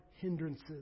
hindrances